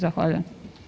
Zahvaljujem.